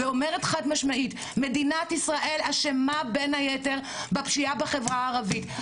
ואומרת חד משמעית - מדינת ישראל אשמה בין היתר בפשיעה בחברה הערבית,